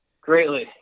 Greatly